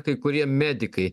kai kurie medikai